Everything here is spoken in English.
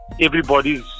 everybody's